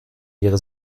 ihre